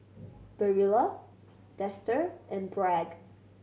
Barilla Dester and Bragg